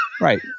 Right